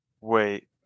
Wait